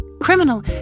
Criminal